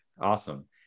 Awesome